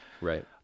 Right